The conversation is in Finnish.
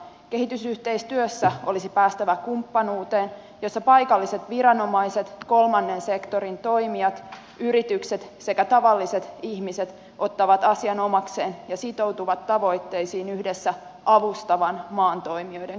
kehitysyhteistyössä olisi päästävä kumppanuuteen jossa paikalliset viranomaiset kolmannen sektorin toimijat yritykset sekä tavalliset ihmiset ottavat asian omakseen ja sitoutuvat tavoitteisiin yhdessä avustavan maan toimijoiden kanssa